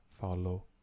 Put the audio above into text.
follow